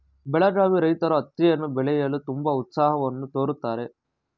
ಬೆಳಗಾವಿ ರೈತ್ರು ಹತ್ತಿಯನ್ನು ಬೆಳೆಯಲು ತುಂಬಾ ಉತ್ಸಾಹವನ್ನು ತೋರುತ್ತಾರೆ